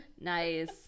nice